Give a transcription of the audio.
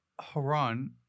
Haran